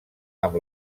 amb